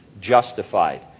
justified